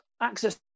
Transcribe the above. access